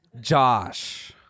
Josh